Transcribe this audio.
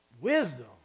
wisdom